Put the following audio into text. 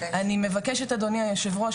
אני מבקשת אדוני היו"ר,